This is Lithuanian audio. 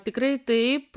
tikrai taip